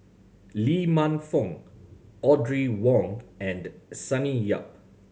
Lee Man Fong Audrey Wong and Sonny Yap